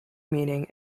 meaning